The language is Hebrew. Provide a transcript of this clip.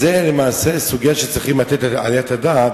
זו למעשה סוגיה שצריך לתת עליה את הדעת